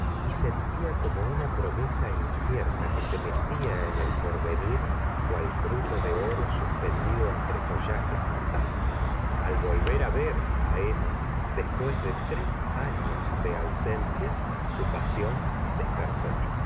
y sent a corno una promesa incierta que se mecía en el porvenir cual fruto de oro suspendido entre follaje fantástico al volver á ver á emrna después de tres años de ausencia su pasión despertó